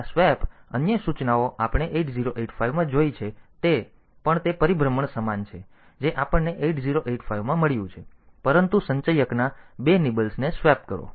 તેથી આ સ્વેપ અન્ય સૂચનાઓ આપણે 8085 માં જોઈ છે તે પણ તે પરિભ્રમણ સમાન છે જે આપણને 8085 માં મળ્યું છે પરંતુ સંચયકના બે નિબલ્સને સ્વેપ કરો